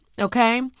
okay